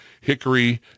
Hickory